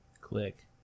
click